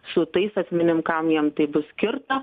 su tais asmenim kam jiem tai bus skirta